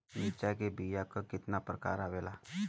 मिर्चा के बीया क कितना प्रकार आवेला?